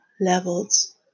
levels